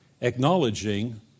acknowledging